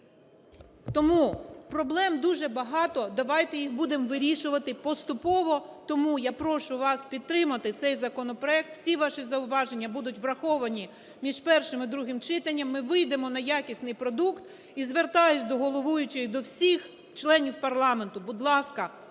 Тому проблем дуже багато, давайте їх будемо вирішувати поступово. Тому я прошу вас підтримати цей законопроект, всі ваші зауваження будуть враховані між першим і другим читанням, ми вийдемо на якісний продукт. І звертаюся до головуючого і до всіх членів парламенту. Будь ласка,